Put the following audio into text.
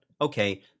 Okay